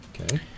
Okay